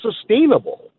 sustainable